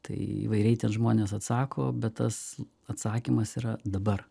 tai įvairiai ten žmonės atsako bet tas atsakymas yra dabar